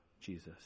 Jesus